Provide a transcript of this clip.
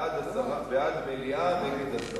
בעד, מליאה, נגד, הסרה.